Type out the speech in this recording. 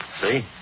See